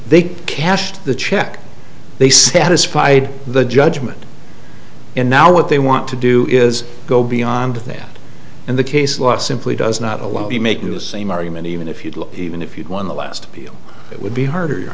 they cashed the check they satisfied the judgment and now what they want to do is go beyond that in the case law simply does not allow to be making the same argument even if you look even if you'd won the last people it would be harder